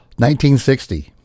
1960